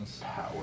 power